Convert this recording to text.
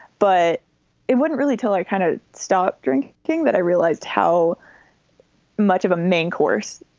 but it wouldn't really tell our kind of stop drink thing that i realized how much of a main course.